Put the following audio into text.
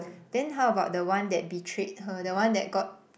then how about the one that betrayed her the one that got